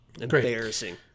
Embarrassing